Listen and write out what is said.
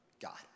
God